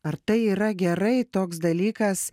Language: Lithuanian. ar tai yra gerai toks dalykas